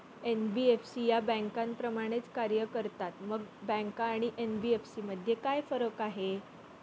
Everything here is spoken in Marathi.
एन.बी.एफ.सी या बँकांप्रमाणेच कार्य करतात, मग बँका व एन.बी.एफ.सी मध्ये काय फरक आहे?